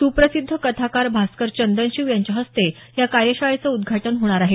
सुप्रसिद्ध कथाकार भास्कर चंदनशिव यांच्या हस्ते या कार्यशाळेचं उद्घाटन होणार आहे